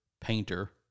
Painter